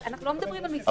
אנחנו לא מדברים על מסעדה.